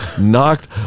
knocked